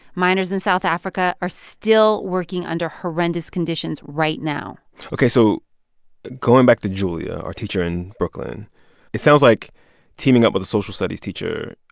miners in south africa are still working under horrendous conditions right now ok, so going back to julia, our teacher in brooklyn it sounds like teaming up with the social studies teacher,